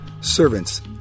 Servants